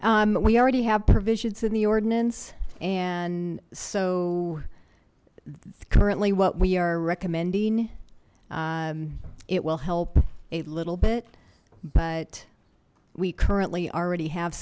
we already have provisions in the ordinance and so currently what we are recommending it will help a little bit but we currently already have